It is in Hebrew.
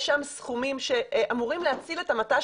יש שם סכומים שאמורים להציל את המט"ש